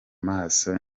maso